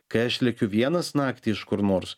kai aš lekiu vienas naktį iš kur nors